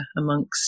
amongst